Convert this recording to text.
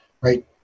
right